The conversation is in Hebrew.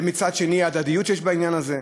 ומצד שני, ההדדיות שיש בעניין הזה.